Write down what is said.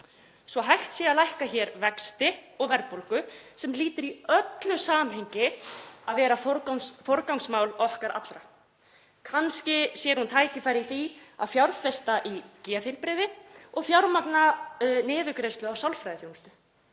að hægt sé að lækka hér vexti og verðbólgu, sem hlýtur í öllu samhengi að vera forgangsmál okkar allra. Kannski sér hún tækifæri í því að fjárfesta í geðheilbrigði og fjármagna niðurgreiðslu á sálfræðiþjónustu